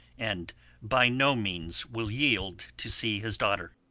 and by no means will yield to see his daughter.